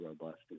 robust